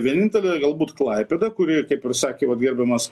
vienintelė galbūt klaipėda kuri kaip ir sakė vat gerbiamas